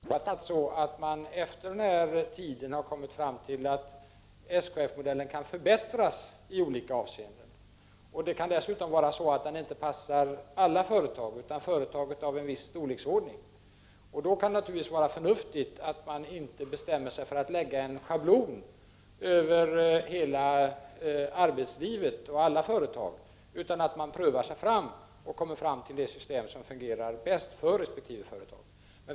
Herr talman! Att införa den s.k. SKF-modellen i sjukförsäkringssystemet kräver inget politiskt mod alls. Den har ju införts helt utan politiska beslut. Den kan alltså införas inom det nu gällande regelsystemet. Att riksförsäkringsverket vill driva en försöksverksamhet med utgångspunkt i den modellen har jag uppfattat på så sätt att man efter denna tid har kommit fram till att SKF-modellen kan förbättras i olika avseenden. Det kan dessutom vara så, att den inte passar alla företag utan bara företag av en viss storlek. Därför kan det vara förnuftigt att inte lägga en schablon över hela arbetslivet och alla företag utan i stället pröva sig fram till det system som fungerar bäst för resp. företag.